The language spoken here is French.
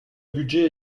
budget